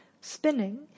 spinning